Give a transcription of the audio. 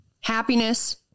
happiness